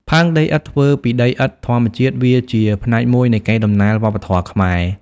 ផើងដីឥដ្ឋធ្វើពីដីឥដ្ឋធម្មជាតិ វាជាផ្នែកមួយនៃកេរដំណែលវប្បធម៌ខ្មែរ។